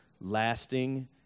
lasting